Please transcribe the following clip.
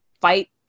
fight